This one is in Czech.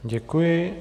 Děkuji.